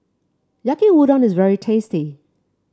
Yaki Udon is very tasty